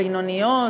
הבינוניות,